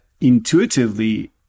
intuitively